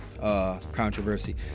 controversy